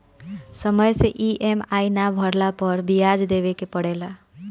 समय से इ.एम.आई ना भरला पअ बियाज देवे के पड़ेला